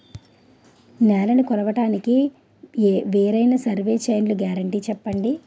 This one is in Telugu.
నేలనీ కొలవడానికి వేరైన సర్వే చైన్లు గ్యారంటీ చెప్పండి?